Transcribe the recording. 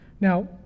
Now